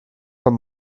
von